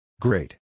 Great